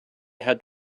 had